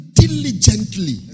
diligently